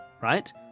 right